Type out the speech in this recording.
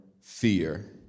fear